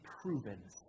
proven